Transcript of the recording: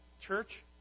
church